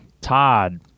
Todd